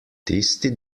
tisti